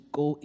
go